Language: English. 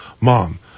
Mom